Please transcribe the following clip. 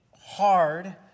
hard